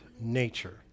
nature